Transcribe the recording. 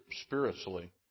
spiritually